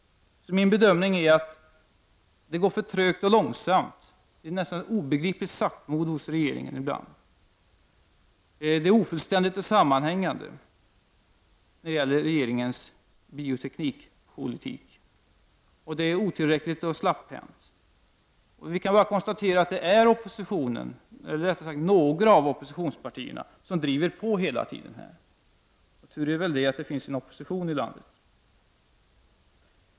Min bedömning är att det går för trögt och lång samt. Det är nästan ett obegripligt saktmod hos regeringen ibland. Regeringens bioteknikpolitik är ofullständig och osammanhängande. Den är otillräcklig och slapphänt. Vi kan konstatera att det är oppositionen, eller rättare sagt några av oppositionspartierna, som driver på hela tiden. Tur är väl att det finns en opposition i landet.